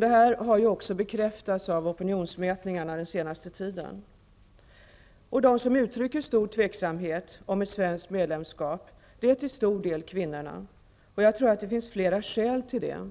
Det här har ju också bekräftats av opinionsmätningar den senaste tiden. De som uttrycker stor tveksamhet om ett svenskt medlemskap är till stor del kvinnorna. Jag tror att det finns flera skäl till det.